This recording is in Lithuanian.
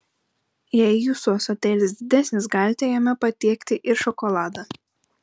jei jūsų ąsotėlis didesnis galite jame patiekti ir šokoladą